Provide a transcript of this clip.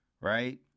right